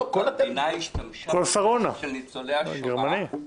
המדינה השתמשה בכספם של ניצולי השואה,